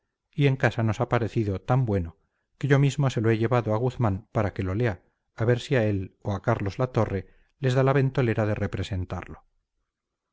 y en casa nos ha parecido tan bueno que yo mismo se lo he llevado a guzmán para que lo lea a ver si a él o a carlos latorre les da la ventolera de representarlo